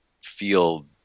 feel